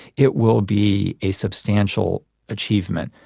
it will be a substantial achievement,